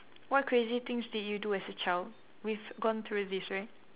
what crazy things did you do as a child we've gone thorough this right